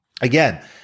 again